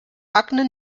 akne